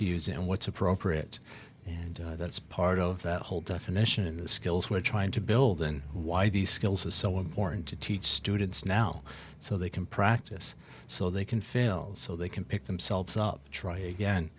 to use and what's appropriate and that's part of that whole definition in the skills we're trying to build and why these skills is so important to teach students now so they can practice so they can fail so they can pick themselves up try again